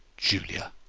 julia!